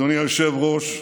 אדוני היושב-ראש,